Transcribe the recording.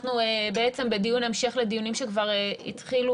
אנחנו בדיון המשך לדיונים שכבר התחילו